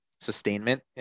sustainment